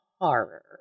horror